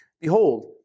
behold